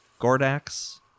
Gordax